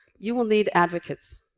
you will need advocates.